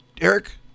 Eric